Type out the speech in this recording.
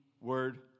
word